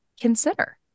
consider